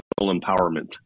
empowerment